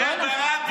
דיבר ברדיו.